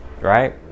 right